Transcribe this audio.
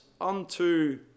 unto